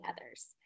others